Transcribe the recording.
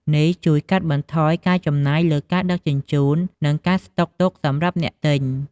នេះជួយកាត់បន្ថយការចំណាយលើការដឹកជញ្ជូន និងការស្តុកទុកសម្រាប់អ្នកទិញ។